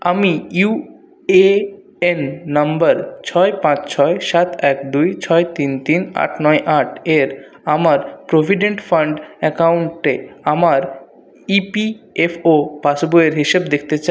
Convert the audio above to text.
আমি U A N number ছয় পাঁচ ছয় সাত এক দুই ছয় তিন তিন আট নয় আট এর আমার প্রভিডেন্ট ফান্ড অ্যাকাউন্টে আমার ইপিএফও পাসবইয়ের হিসেব দেখতে চাই